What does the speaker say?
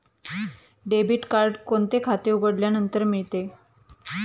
Debit card कोणते खाते उघडल्यानंतर मिळते?